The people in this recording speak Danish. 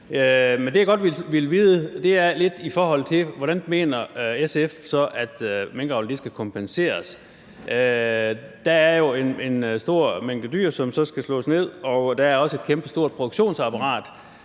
Men det, jeg godt vil vide lidt om, er, hvordan SF så mener at minkavlere skal kompenseres. Der er jo en stor mængde dyr, som så skal slås ned, og der er også et kæmpestort produktionsapparat.